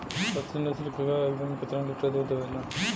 अच्छी नस्ल क गाय एक दिन में केतना लीटर दूध देवे ला?